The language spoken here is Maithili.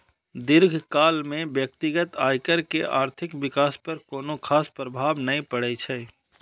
दीर्घकाल मे व्यक्तिगत आयकर के आर्थिक विकास पर कोनो खास प्रभाव नै पड़ै छै